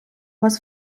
вас